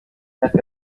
myaka